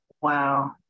wow